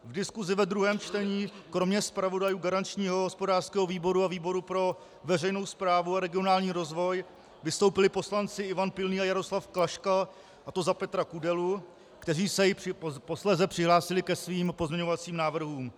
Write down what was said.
V diskusi ve druhém čtení kromě zpravodajů garančního hospodářského výboru a výboru pro veřejnou správu a regionální rozvoj vystoupili poslanci Ivan Pilný a Jaroslav Klaška, a to za Petra Kudelu, kteří se posléze i přihlásili ke svým pozměňovacím návrhům.